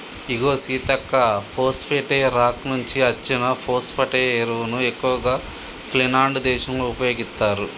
ఇగో సీతక్క పోస్ఫేటే రాక్ నుంచి అచ్చిన ఫోస్పటే ఎరువును ఎక్కువగా ఫిన్లాండ్ దేశంలో ఉపయోగిత్తారు